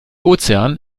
ozean